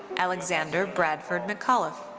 alexander bradford mcauliffe.